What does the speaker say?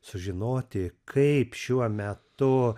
sužinoti kaip šiuo metu